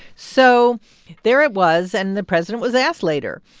so there it was, and the president was asked later.